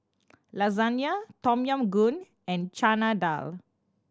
Lasagna Tom Yam Goong and Chana Dal